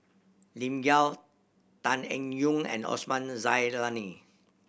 Lim Yau Tan Eng Yoon and Osman Zailani